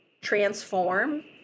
transform